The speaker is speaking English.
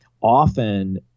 often